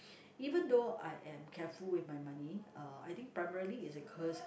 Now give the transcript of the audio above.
even though I am careful with my money I think primarily is because